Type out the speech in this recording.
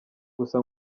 gusa